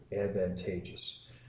advantageous